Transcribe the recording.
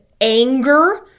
anger